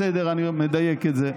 בסדר, אני מדייק את זה.